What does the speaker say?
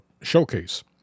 showcase